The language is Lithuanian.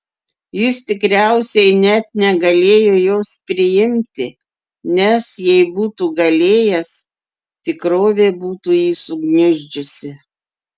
jis tikriausiai net negalėjo jos priimti nes jei būtų galėjęs tikrovė būtų jį sugniuždžiusi